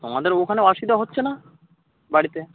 তোমাদের ওখানেও অসুবিধা হচ্ছে না বাড়িতে